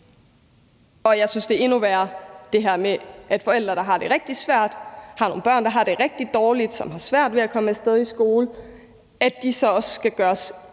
og jeg synes, det er endnu værre, at forældre, der har det rigtig svært og har nogle børn, der har det rigtig dårligt, som har svært ved at komme af sted i skole, også skal gøres